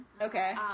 Okay